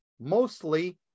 mostly